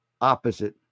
opposite